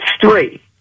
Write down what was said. three